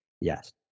Yes